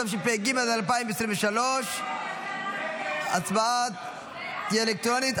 התשפ"ג 2023. ההצבעה תהיה אלקטרונית.